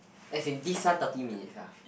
as in this one thirty minutes ah